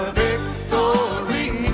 victory